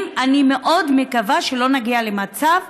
אני מאוד מקווה שלא נגיע למצב